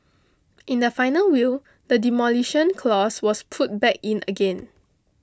in the final will the Demolition Clause was put back in again